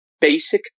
basic